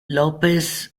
lópez